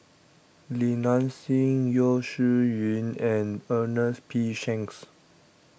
Li Nanxing Yeo Shih Yun and Ernest P Shanks